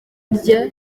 rya